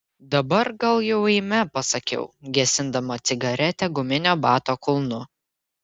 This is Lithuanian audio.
dabar gal jau eime pasakiau gesindama cigaretę guminio bato kulnu